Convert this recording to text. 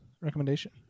recommendation